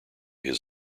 his